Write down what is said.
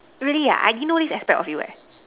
really I didn't know this aspect of you